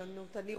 אדוני היושב-ראש,